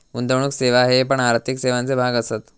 गुंतवणुक सेवा हे पण आर्थिक सेवांचे भाग असत